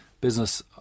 business